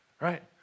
right